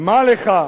מה לך,